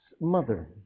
mother